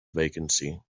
vacancy